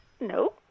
No